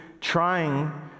trying